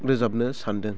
रोजाबनो सान्दों